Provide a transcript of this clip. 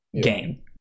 game